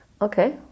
Okay